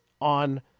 on